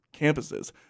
campuses